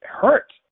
hurt